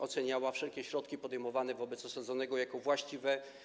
Oceniono wszelkie środki podejmowane wobec osadzonego jako właściwe.